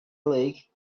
lake